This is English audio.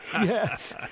Yes